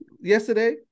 yesterday